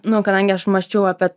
nu kadangi aš mąsčiau apie